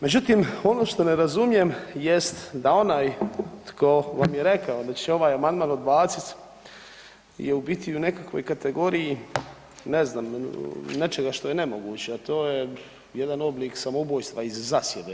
Međutim, ono što ne razumijem jest da onaj tko vam je rekao da će ovaj amandman odbacit je u biti u nekakvoj kategoriji, ne znam, nečega što je nemoguće, a to je jedan oblik samoubojstva iz zasjede.